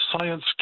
science